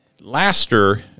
Laster